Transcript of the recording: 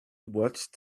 watched